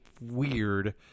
weird